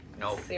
No